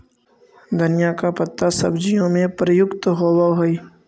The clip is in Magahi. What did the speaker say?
धनिया का पत्ता सब्जियों में प्रयुक्त होवअ हई